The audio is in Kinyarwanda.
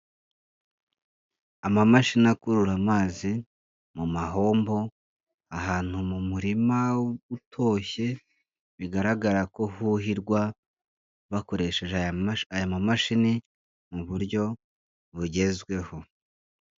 Amamashini akurura amazi mu mahombo ahantu mu murima utoshye, bigaragara ko huhirwa bakoresheje aya mamashini mu buryo bugezweho.